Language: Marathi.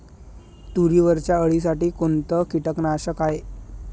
तुरीवरच्या अळीसाठी कोनतं कीटकनाशक हाये?